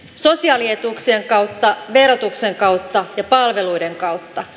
sosiaalietuuksien kautta verotuksen kautta ja palveluiden kautta